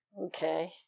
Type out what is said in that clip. Okay